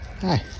Hi